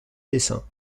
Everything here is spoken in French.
dessins